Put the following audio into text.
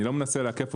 אני לא מנסה לעכב.